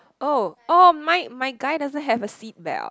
oh oh mine my guy doesn't have a seatbelt